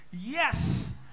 yes